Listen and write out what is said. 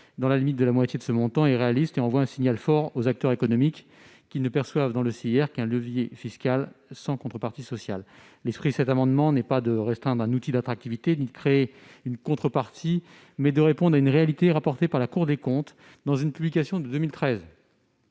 dans la limite de la moitié de ce montant, est réaliste et envoie un signal fort aux acteurs économiques qui ne perçoivent, dans le CIR, qu'un levier fiscal sans contrepartie sociale. L'objectif n'est pas de restreindre un outil d'attractivité ni de créer une « contrepartie ». Il s'agit de répondre à une réalité rapportée par la Cour des comptes dans une publication de 2013,